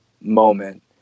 moment